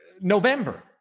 November